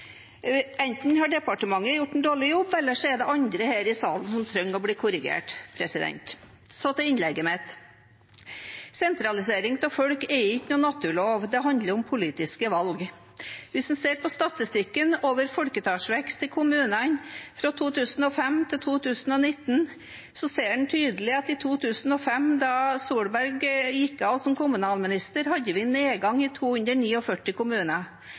Enten har departementet gjort en dårlig jobb, eller så er det andre her i salen som trenger å bli korrigert. Så til innlegget mitt. Sentralisering av folk er ikke en naturlov. Det handler om politiske valg. Hvis en ser på statistikken over folketallsvekst i kommunene fra 2005 til 2019, ser en tydelig at i 2005, da Erna Solberg gikk av som kommunalminister, hadde vi en nedgang i 249 kommuner.